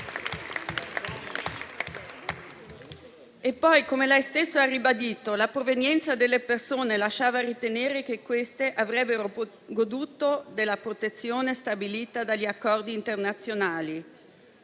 E poi - come lei stesso ha ribadito - la provenienza delle persone lasciava ritenere che avrebbero goduto della protezione stabilita dagli accordi internazionali.